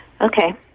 Okay